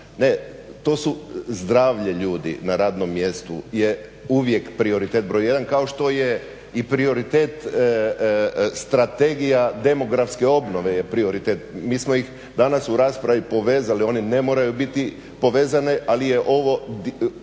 Ne, to su zdravlje ljudi na radnom mjestu je uvijek prioritet br. 1. kao što je i prioritet Strategija demografske obnove je prioritet. Mi smo ih danas u raspravi povezali, one ne moraju biti povezane, ali je ovo